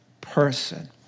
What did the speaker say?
person